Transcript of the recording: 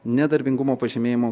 nedarbingumo pažymėjimų